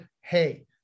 Hey